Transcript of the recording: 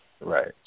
Right